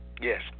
Yes